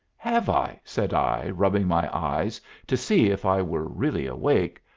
have i? said i, rubbing my eyes to see if i were really awake.